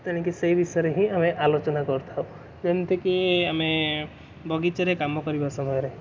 ତେଣିକି ସେଇ ବିଷୟରେ ହିଁ ଆମେ ଆଲୋଚନା କରିଥାଉ ଯେମିତିକି ଆମେ ବଗିଚାରେ କାମ କରିବା ସମୟରେ